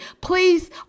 Please